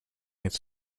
his